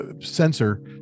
sensor